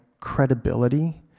credibility